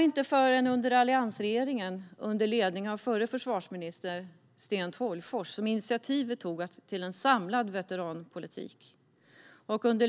Inte förrän under alliansregeringen, under ledning av förre försvarsministern Sten Tolgfors, togs initiativ till en samlad veteranpolitik.